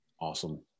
Awesome